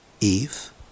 Eve